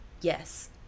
yes